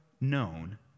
known